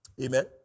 Amen